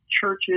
churches